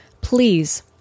Please